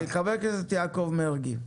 חה"כ יעקב מרגי.